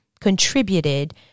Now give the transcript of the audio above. contributed